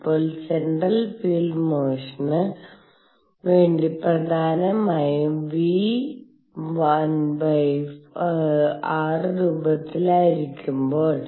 ഇപ്പോൾ central field മോഷന് വേണ്ടി പ്രധാനമായും v 1r രൂപത്തിലായിരിക്കുമ്പോൾ